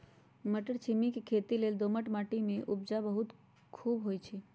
मट्टरछिमि के खेती लेल दोमट माटी में उपजा खुब होइ छइ